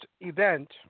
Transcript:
event